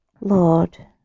Lord